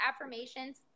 affirmations